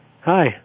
hi